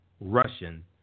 Russian